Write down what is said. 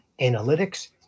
analytics